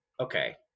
okay